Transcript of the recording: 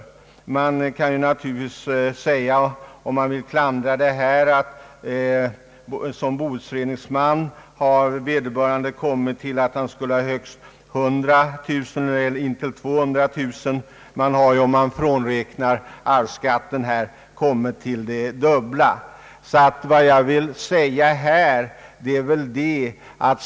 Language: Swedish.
Vill man komma med klander, kan man na turligtvis framhålla den omständigheten att vederbörande som boutredningsman kommit fram till att han skulle ha intill 200 000 kronor, men man har ju, om man bortser från arvsskatten, här kommit fram till det dubbla beloppet.